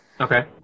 Okay